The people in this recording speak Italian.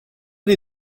dei